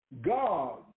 God